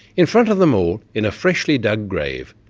in front of them all, in a freshly dug grave,